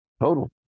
Total